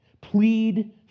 Plead